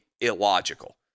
illogical